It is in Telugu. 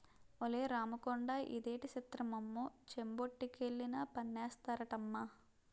ఒలే రాముకొండా ఇదేటి సిత్రమమ్మో చెంబొట్టుకెళ్లినా పన్నేస్తారటమ్మా